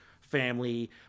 family